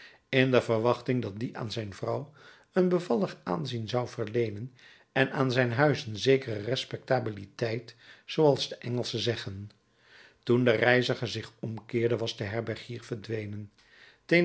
in de verwachting dat die aan zijn vrouw een bevallig aanzien zou verleenen en aan zijn huis een zekere respectabiliteit zooals de engelschen zeggen toen de reiziger zich omkeerde was de herbergier verdwenen